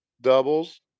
doubles